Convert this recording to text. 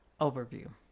Overview